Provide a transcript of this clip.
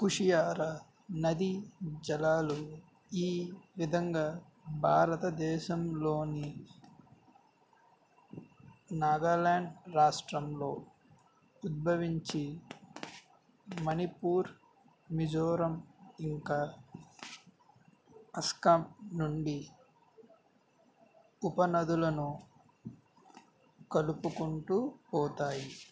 కుషియార నది జలాలు ఈ విధంగా భారతదేశంలోని నాగాలాండ్ రాష్ట్రంలో ఉద్భవించి మణిపూర్ మిజోరం ఇంకా అస్సాం నుండి ఉపనదులను కలుపుకుంటూ పోతాయి